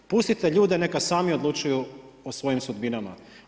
Pustite ljude neka sami odlučuju o svojim sudbinama.